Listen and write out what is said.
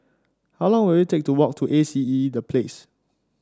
how long will it take to walk to A C E The Place